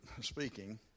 speaking